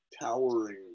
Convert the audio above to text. towering